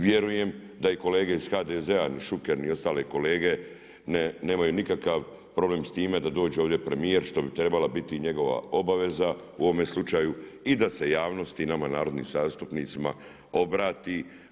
Vjerujem da i kolege iz HDZ-a, ni Šuker ni ostale kolege nemaju nikakav problem s time da dođe ovdje premijer, što bi trebala biti i njegova obaveza u ovome slučaju i da se javnosti i nama narodnim zastupnicima obrati.